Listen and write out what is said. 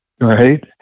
Right